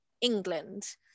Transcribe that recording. England